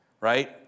Right